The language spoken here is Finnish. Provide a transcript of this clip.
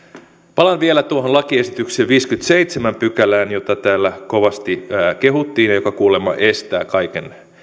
palaan vielä tuohon lakiesityksen viidenteenkymmenenteenseitsemänteen pykälään jota täällä kovasti kehuttiin ja joka kuulemma estää kaiken